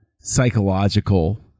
psychological